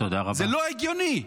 זה לא הגיוני.